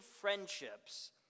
friendships